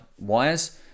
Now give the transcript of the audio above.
wires